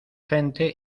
gente